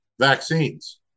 vaccines